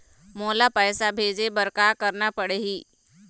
मोला पैसा भेजे बर का करना पड़ही?